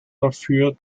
dafür